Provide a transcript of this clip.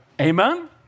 Amen